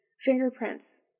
fingerprints